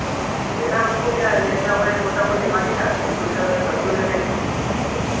लेना हमको क्या है लेना वही मोटा मोटी मानी न तीन क्विंटल कद्दू ले लेंगे